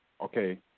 Okay